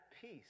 peace